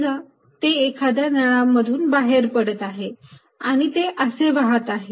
समजा ते एखाद्या नळामधून बाहेर पडत आहे आणि ते असे वाहत आहे